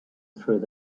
through